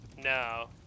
No